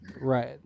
right